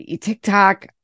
TikTok